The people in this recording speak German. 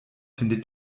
findet